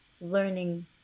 learning